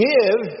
Give